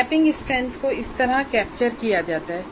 mapping strength को इस तरह कैप्चर किया जाता है